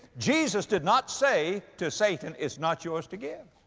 jesus did not say to satan, it's not yours to give.